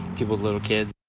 people little kid.